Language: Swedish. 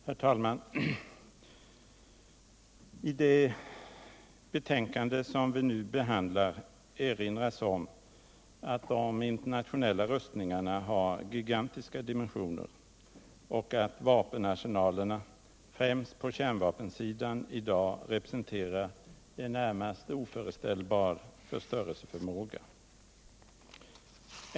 Herr talman! I det betänkande vi nu behandlar crinras om att de internationella rustningarna har gigantiska dimensioner och att vapenarsenalerna — främst på kärnvapensidan - i dag representerar en närmast oföreställbar förstörelseförmåga.